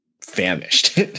famished